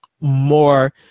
more